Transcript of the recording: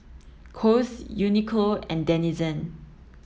Kose Uniqlo and Denizen